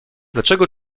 dlaczego